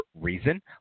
reason